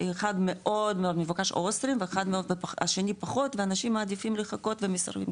שאחד מאוד מבוקש הוסטלים והשני פחות ואנשים מעדיפים לחכות ומסרבים,